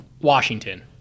Washington